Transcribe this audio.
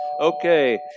Okay